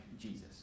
Jesus